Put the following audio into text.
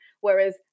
whereas